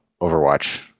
Overwatch